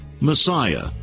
Messiah